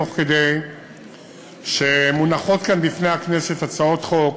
תוך כדי שמונחות כאן בפני הכנסת הצעות חוק